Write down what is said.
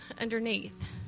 underneath